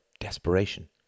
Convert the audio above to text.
desperation